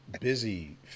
busy